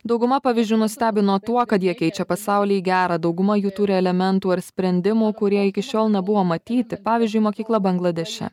dauguma pavyzdžių nustebino tuo kad jie keičia pasaulį į gera dauguma jų turi elementų ar sprendimų kurie iki šiol nebuvo matyti pavyzdžiui mokykla bangladeše